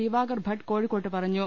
ദിവാകർഭട്ട് കോഴിക്കോട്ട് പറ ഞ്ഞു